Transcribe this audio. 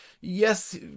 yes